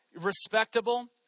Respectable